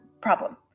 problem